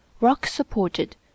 rock-supported